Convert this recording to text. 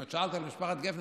אם שאלת על משפחת גפנר,